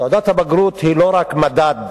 תעודת הבגרות היא לא רק מדד